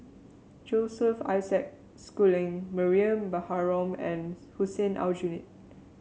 Joseph Isaac Schooling Mariam Baharom and Hussein Aljunied